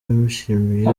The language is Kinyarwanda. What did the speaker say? yamushimiye